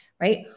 right